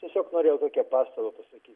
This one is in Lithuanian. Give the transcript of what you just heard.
tiesiog norėjau tokią pastabą pasakyti